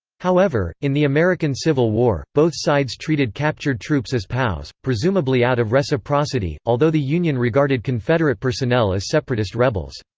however, in the american civil war, both sides treated captured troops as pows, presumably out of reciprocity, although the union regarded confederate personnel as separatist rebels.